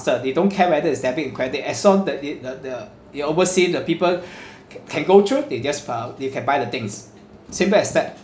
they don't care whether it's debit or credit as long that they the the they oversee the people can go through they just file they can buy the things simple as that